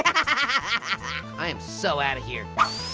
i am so out of here.